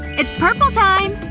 it's purple time!